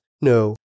No